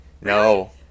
no